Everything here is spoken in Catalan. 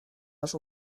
les